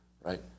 right